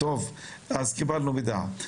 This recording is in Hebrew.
אז קיבלנו מידע.